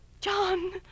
John